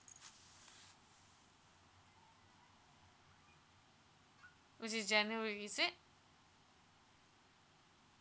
was it january is it